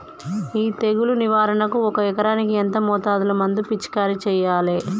ఈ తెగులు నివారణకు ఒక ఎకరానికి ఎంత మోతాదులో మందు పిచికారీ చెయ్యాలే?